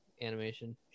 animation